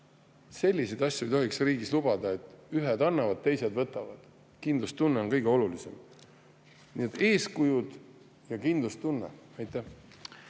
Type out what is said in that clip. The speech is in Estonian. Selliseid asju ei tohiks riigis lubada, et ühed annavad ja teised võtavad. Kindlustunne on kõige olulisem. Nii et eeskujud ja kindlustunne. Aitäh!